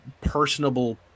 personable